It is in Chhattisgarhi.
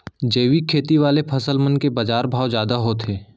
जैविक खेती वाले फसल मन के बाजार भाव जादा होथे